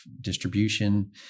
distribution